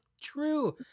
True